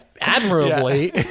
admirably